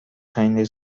keine